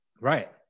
right